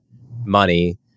money